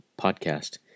podcast